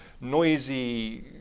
noisy